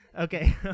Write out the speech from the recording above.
Okay